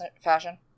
fashion